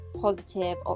positive